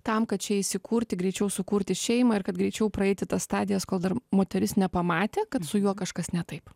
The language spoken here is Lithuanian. tam kad čia įsikurti greičiau sukurti šeimą ir kad greičiau praeiti tas stadijas kol dar moteris nepamatė kad su juo kažkas ne taip